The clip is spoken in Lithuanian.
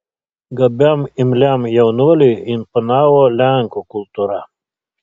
gabiam imliam jaunuoliui imponavo lenkų kultūra